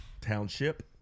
Township